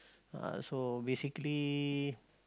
uh so basically